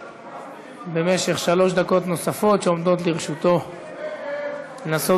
במשך שלוש דקות נוספות שעומדות לרשותו לנסות